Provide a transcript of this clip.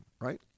right